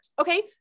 Okay